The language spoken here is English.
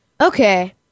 Okay